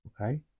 Okay